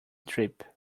trip